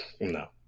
no